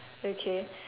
okay